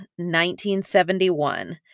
1971